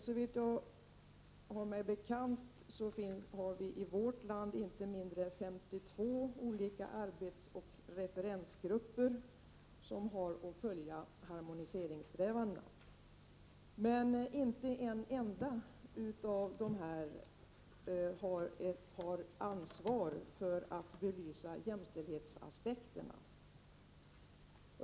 Såvitt jag har mig bekant har vi i vårt land inte mindre än 52 olika arbetsoch referensgrupper som skall följa harmoniseringssträvandena. Men inte en enda av dessa grupper har ansvar för att belysa jämställdhetsaspekterna.